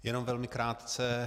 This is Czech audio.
Jenom velmi krátce.